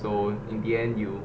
so in the end you